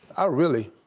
i really.